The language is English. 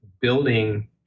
building